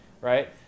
right